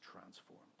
transformed